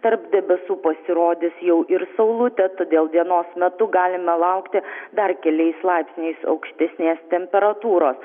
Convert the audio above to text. tarp debesų pasirodys jau ir saulutė todėl dienos metu galime laukti dar keliais laipsniais aukštesnės temperatūros